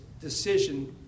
decision